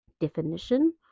definition